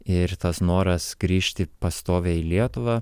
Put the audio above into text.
ir tas noras grįžti pastoviai į lietuvą